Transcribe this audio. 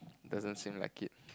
doesn't seem like it